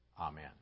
Amen